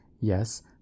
Yes